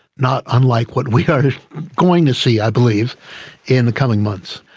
not unlike what we are going to see i believe in the coming months.